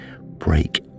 break